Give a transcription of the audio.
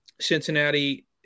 Cincinnati